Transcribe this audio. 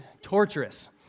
torturous